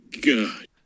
God